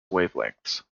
wavelengths